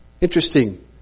Interesting